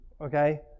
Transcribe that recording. Okay